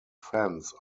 fence